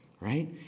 Right